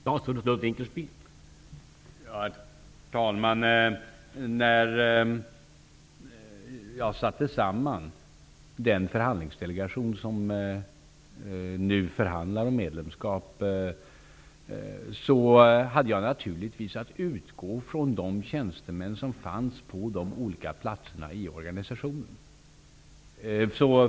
Herr talman! När jag satte samman den förhandlingsdelegation som nu förhandlar om medlemskap hade jag naturligtvis att utgå från de tjänstemän som fanns på de olika platserna i organisationen.